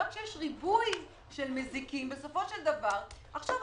גם כשיש ריבוי של נזיקין המדינה בסופו של דבר תשלם,